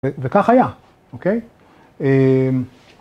‫וכך היה, אוקיי?